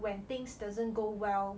when things doesn't go well